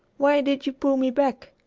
why did you pull me back?